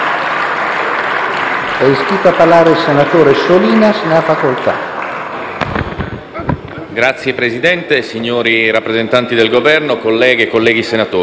Signor Presidente, signori rappresentanti del Governo, colleghe e colleghi senatori,